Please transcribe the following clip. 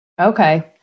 Okay